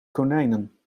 konijnen